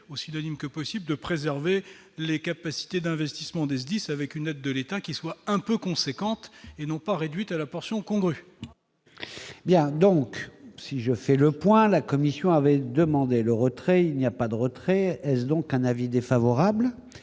ou synonyme que possible de préserver les capacités d'investissement des SDIS, avec une aide de l'État, qui soit un peu conséquente et non pas réduite à la portion congrue. Il y a donc, si je fais le point, la Commission avait demandé le retrait, il n'y a pas de retrait, donc un avis défavorable,